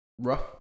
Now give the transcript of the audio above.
rough